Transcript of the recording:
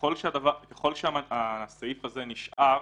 ככל שהסעיף הזה נשאר,